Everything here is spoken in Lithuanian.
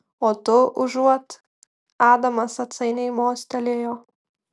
o tu užuot adamas atsainiai mostelėjo